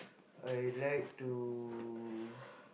I like to